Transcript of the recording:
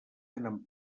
tenen